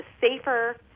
safer